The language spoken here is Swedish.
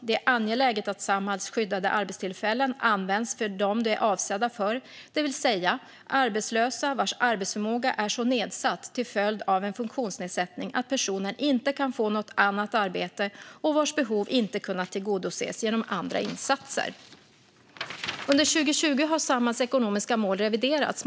Det är angeläget att Samhalls skyddade arbetstillfällen används för dem de är avsedda för, det vill säga arbetslösa vars arbetsförmåga är så nedsatt till följd av en funktionsnedsättning att personen inte kan få något annat arbete och att personens behov inte kunnat tillgodoses genom andra insatser. Under 2020 har Samhalls ekonomiska mål reviderats.